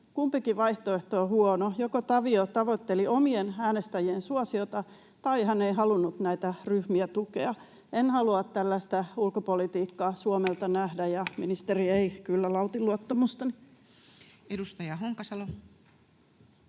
Kumpikin vaihtoehto on huono: joko Tavio tavoitteli omien äänestäjien suosiota tai hän ei halunnut näitä ryhmiä tukea. En halua tällaista ulkopolitiikkaa Suomelta nähdä, ja ministeri ei kyllä nauti luottamustani. [Speech 33]